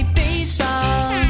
baseball